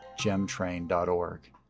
GemTrain.org